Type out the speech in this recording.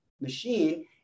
machine